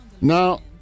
Now